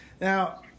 Now